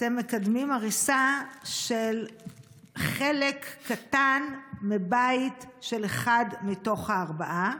אתם מקדמים הריסה של חלק קטן מבית של אחד מתוך הארבעה,